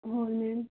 ਹੁਣ